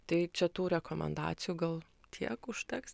tai čia tų rekomendacijų gal tiek užteks